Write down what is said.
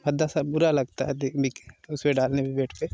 भद्दा सा बुरा लगता है देखने के उसे डालने में बेड पर